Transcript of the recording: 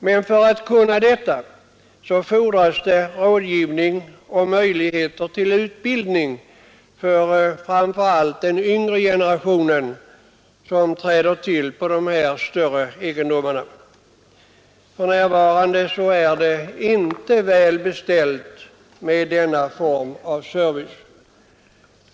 Men för att jordbrukarna skall kunna göra detta fordras rådgivning och möjligheter till utbildning för framför allt den yngre generationen som träder till på de här större egendomarna. För närvarande är det inte välbeställt med denna form av service.